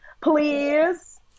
please